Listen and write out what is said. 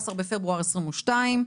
היום 16 בפברואר 2022,